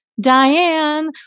Diane